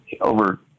over